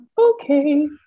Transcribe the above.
Okay